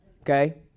okay